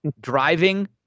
driving